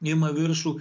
ima viršų